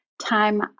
time